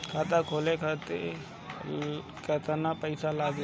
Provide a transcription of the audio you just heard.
खाता खोले ला केतना पइसा लागी?